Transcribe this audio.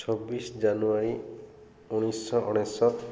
ଛବିଶି ଜାନୁଆରୀ ଉଣେଇଶିଶହ ଅନେଶତ